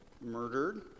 murdered